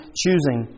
choosing